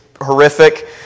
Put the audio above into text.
horrific